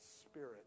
spirit